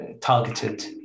targeted